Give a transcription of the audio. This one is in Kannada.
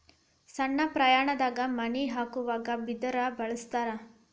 ಸಣ್ಣ ಪ್ರಮಾಣದಾಗ ಮನಿ ಹಾಕುವಾಗ ಬಿದರ ಬಳಸ್ತಾರ